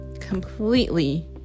completely